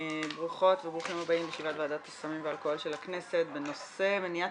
ברוכות וברוכים הבאים לישיבת ועדת הסמים והאלכוהול של הכנסת בנושא מניעת